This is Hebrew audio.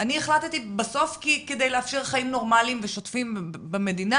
והיא החליטה בסוף כדי לאפשר חיים נורמליים ושוטפים במדינה,